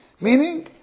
meaning